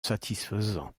satisfaisant